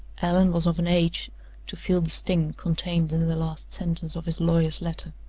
allan was of an age to feel the sting contained in the last sentence of his lawyer's letter.